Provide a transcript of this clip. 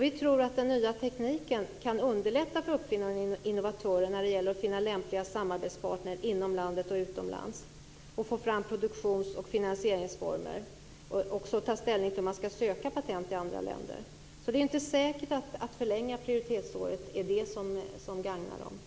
Vi tror att den nya tekniken kan underlätta för uppfinnare och innovatörer att finna lämpliga samarbetspartner inom landet och utomlands, få fram produktions och finansieringsformer och ta ställning till om patent skall sökas i andra länder. Det är inte säkert att en förlängning av prioritetsåret gagnar dem.